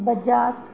Bajaj